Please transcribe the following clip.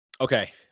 Okay